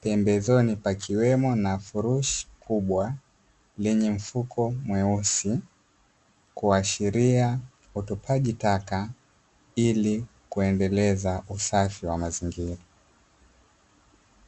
pembezoni pakiwemo na furushi kubwa yenye mfuko mweusi, kuashiria utupaji taka ili kuendeleza usafi wa mazingira.